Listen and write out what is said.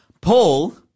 paul